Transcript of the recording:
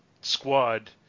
squad